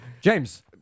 James